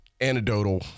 anecdotal